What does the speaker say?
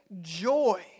joy